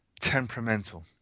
temperamental